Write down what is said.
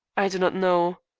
i do not know.